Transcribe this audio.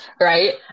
right